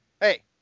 hey